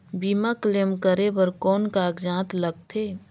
बीमा क्लेम करे बर कौन कागजात लगथे?